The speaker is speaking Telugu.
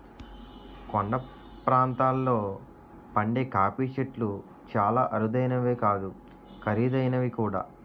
కొండ ప్రాంతాల్లో పండే కాఫీ చెట్లు చాలా అరుదైనవే కాదు ఖరీదైనవి కూడా